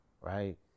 right